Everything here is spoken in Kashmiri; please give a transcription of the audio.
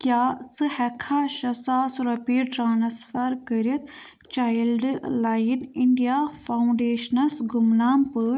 کیٛاہ ژٕہٮ۪کھا شےٚ ساس رۄپیہِ ٹرانسفر کٔرِتھ چایِلڈ لایِن اِنٛڈیا فاوُنٛڈیشنَس گمنام پٲٹھۍ؟